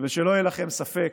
שלא יהיה לכם ספק,